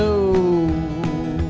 to